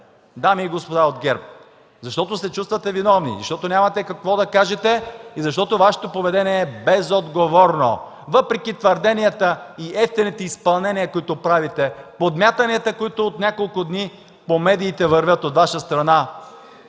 дами и господа от ГЕРБ? Защото се чувствате виновни, защото нямате какво да кажете и защото Вашето поведение е безотговорно, въпреки твърденията и евтините изпълнения, които правите, подмятанията, които от няколко дни вървят по медиите от Ваша страна.